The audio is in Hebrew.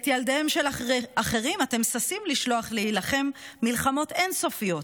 את ילדיהם של אחרים אתם ששים לשלוח להילחם מלחמות אין-סופיות.